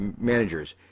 managers